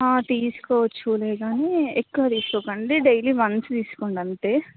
తీసుకోవచ్చులే కానీ ఎక్కువ తీసుకోకండి డైలీ వన్స్ తీసుకోండి అంతే